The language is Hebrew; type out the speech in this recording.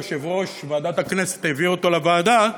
יושב-ראש ועדת הכנסת העביר אותו לוועדה,